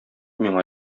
миңа